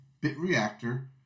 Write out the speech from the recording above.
BitReactor